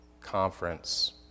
conference